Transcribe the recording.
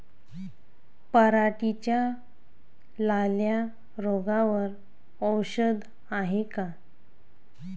पराटीच्या लाल्या रोगावर औषध हाये का?